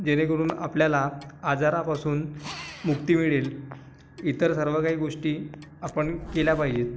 जेणेकरून आपल्याला आजारापासून मुक्ती मिळेल इतर सर्व काहीे गोष्टी आपण केल्या पाहिजेत